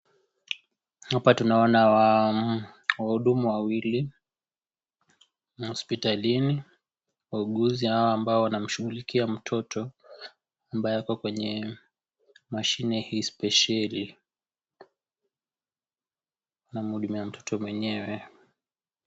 Hapa tunaona wahudumu wawili hospitalini, wauguzi hawa ambao wanamshughulikia mtoto, ambaye ako kwenye mashine hii spesheli . Wanamhudumia mtoto mwenyewe.